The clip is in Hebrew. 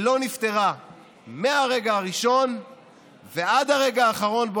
שלא נפתרה מהרגע הראשון ועד הרגע האחרון שבו